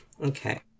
Okay